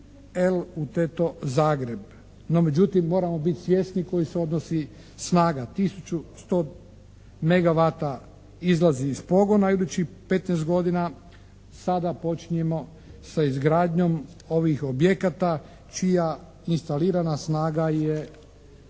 razumije./… Zagreb. No međutim moramo biti svjesni koji su odnosi snaga. Tisuću 100 megavata izlazi iz pogona idućih 15 godina. Sada počinjemo sa izgradnjom ovih objekata čija instalirana snaga je